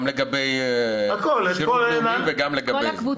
גם לגבי שירות לאומי וגם לגבי זה.